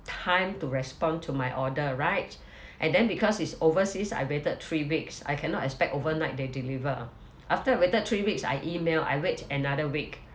time to respond to my order right and then because it's overseas I waited three weeks I cannot expect overnight they deliver after I waited three weeks I email I wait another week